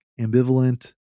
ambivalent